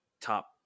top